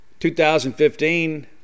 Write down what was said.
2015